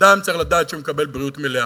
אדם צריך לדעת שהוא מקבל בריאות מלאה.